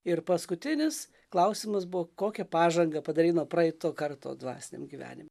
ir paskutinis klausimas buvo kokią pažangą padarei nuo praeito karto dvasiniam gyvenim